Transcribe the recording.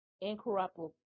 incorruptible